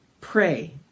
pray